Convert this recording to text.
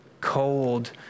cold